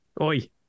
oi